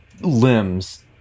limbs